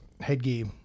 headgear